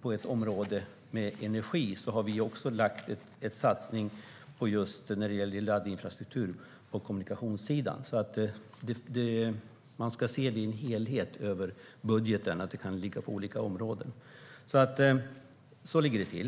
på energiområdet, och vi har gjort en satsning just när det gäller laddinfrastruktur på kommunikationssidan. Man ska se detta som en helhet och att det kan ligga på olika områden i budgeten. Så ligger det till.